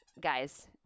guys